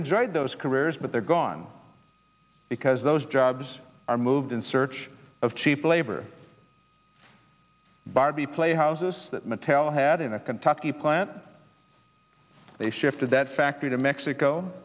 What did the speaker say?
enjoyed those careers but they're gone because those jobs are moved in search of cheap labor barbie play houses that mattel had in a kentucky plant they shifted that factory to mexico